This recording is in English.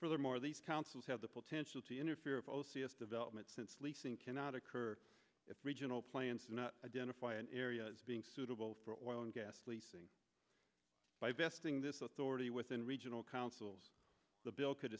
furthermore these councils have the potential to interfere of o c s development since leasing cannot occur at regional plants and identify an area being suitable for oil and gas leasing by vesting this authority within regional councils the bill could